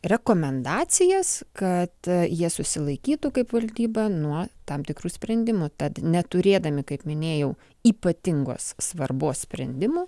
rekomendacijas kad jie susilaikytų kaip valdyba nuo tam tikrų sprendimų tad neturėdami kaip minėjau ypatingos svarbos sprendimų